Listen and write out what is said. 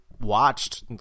watched